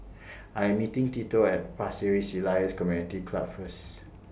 I Am meeting Tito At Pasir Ris Elias Community Club First